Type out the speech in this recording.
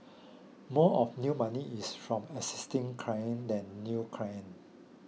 more of new money is from existing clients than new clients